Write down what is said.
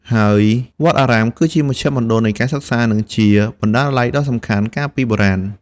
ហើយវត្តអារាមគឺជាមជ្ឈមណ្ឌលនៃការសិក្សា និងជាបណ្ណាល័យដ៏សំខាន់កាលពីបុរាណ។